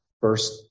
first